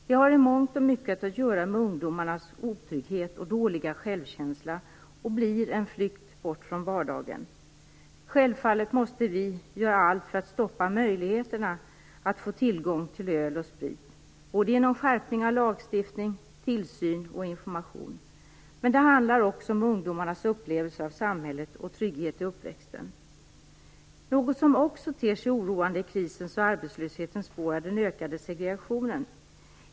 Det har i mångt och mycket att göra med ungdomarnas otrygghet och dåliga självkänsla och blir en flykt bort från vardagen. Vi måste självfallet göra allt för att stoppa möjligheterna att få tillgång till öl och sprit genom skärpning av lagstiftningen, tillsyn och information. Men det handlar också om ungdomarnas upplevelser av samhället och trygghet i uppväxten. Något som också ter sig oroande i krisens och arbetslöshetens spår är den ökade segregationen.